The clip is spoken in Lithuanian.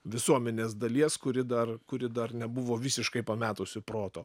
visuomenės dalies kuri dar kuri dar nebuvo visiškai pametusi proto